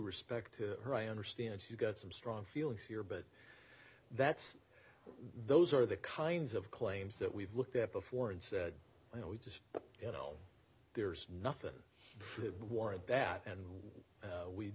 respect to her i understand you've got some strong feelings here but that's those are the kinds of claims that we've looked at before and said you know we just you know there's nothing it was bad and we we